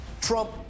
Trump